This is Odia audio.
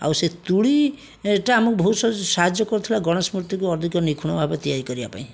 ଆଉ ସେ ତୂଳି ଏଇଟା ଆମକୁ ବହୁତ ସାହାଯ୍ୟ କରୁଥିଲା ଗଣେଶ ମୂର୍ତ୍ତିକୁ ଅଧିକ ନିଖୁଣ ଭାବେ ତିଆରି କରିବାପାଇଁ